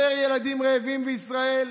יותר ילדים רעבים בישראל,